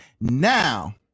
now